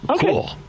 Cool